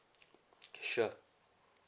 sure